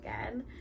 again